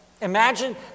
Imagine